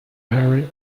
very